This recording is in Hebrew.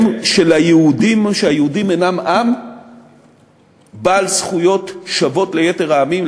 היהודים אינם עם בעל זכויות שוות ליתר העמים,